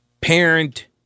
parent